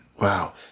Wow